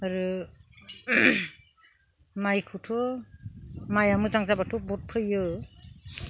आरो माइखोथ' माइआ मोजां जाब्लाथ' बहद फैयो